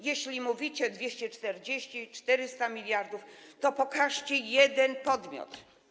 Jeśli mówicie o 240, 400 mld, to pokażcie jeden podmiot.